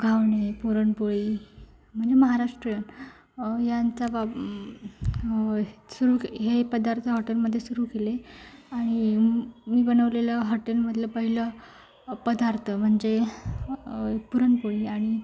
घावणे पुरणपोळी म्हणजे महाराष्ट्रीयन ह्यांचा बाब सुरू केल् हे पदार्थ हॉटेलमध्ये सुरू केले आणि मी बनवलेलं हॉटेलमधलं पहिलं पदार्थ म्हणजे पुरणपोळी आणि